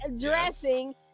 dressing